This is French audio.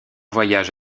voyage